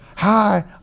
Hi